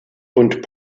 und